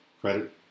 credit